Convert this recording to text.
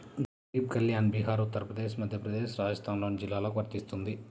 గరీబ్ కళ్యాణ్ బీహార్, ఉత్తరప్రదేశ్, మధ్యప్రదేశ్, రాజస్థాన్లోని జిల్లాలకు వర్తిస్తుంది